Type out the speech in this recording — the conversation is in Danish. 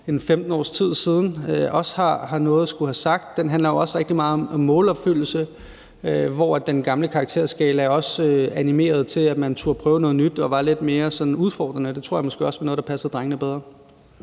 15 år siden, også har noget at skulle have sagt. Den handler jo også rigtig meget om målopfyldelse, hvor den gamle karakterskala også animerede til, at man turde prøve noget nyt og var lidt mere sådan udfordrende, og det tror jeg måske også var noget, der passede drengene bedre.